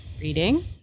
Reading